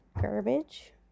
garbage